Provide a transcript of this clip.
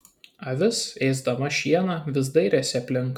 avis ėsdama šieną vis dairėsi aplink